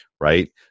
Right